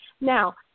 Now